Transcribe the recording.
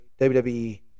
WWE